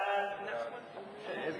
ההצעה